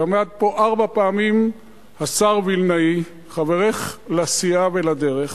עמד פה ארבע פעמים השר וילנאי, חברך לסיעה ולדרך,